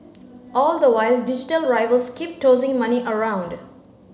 all the while digital rivals keep tossing money around